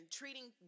treating